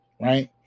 right